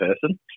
person